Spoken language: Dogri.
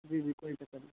जी जी कोई चक्कर नी